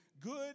good